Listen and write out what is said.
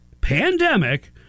pandemic